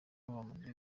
bamaze